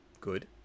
good